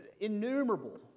innumerable